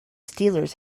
steelers